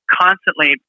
constantly